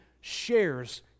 shares